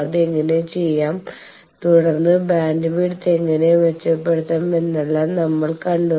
അത് എങ്ങനെ ചെയ്യാം തുടർന്ന് ബാൻഡ്വിഡ്ത്ത് എങ്ങനെ മെച്ചപ്പെടുത്താം എന്നെല്ലാം നമ്മൾ കണ്ടു